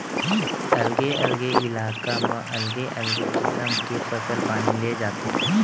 अलगे अलगे इलाका म अलगे अलगे किसम के फसल पानी ले जाथे